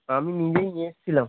আমি নিজেই এসেছিলাম